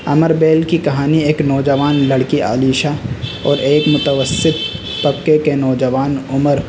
امربیل کی کہانی ایک نوجوان لڑکی علیشہ اور ایک متوسط طبقے کے نوجوان عمر